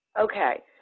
Okay